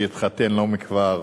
שהתחתן לא מכבר.